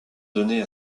donné